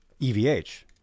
EVH